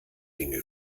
ginge